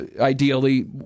ideally